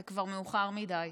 זה כבר מאוחר מדי,